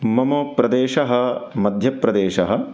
मम प्रदेशः मध्यप्रदेशः